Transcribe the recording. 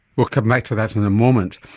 we'll come back to that in a moment.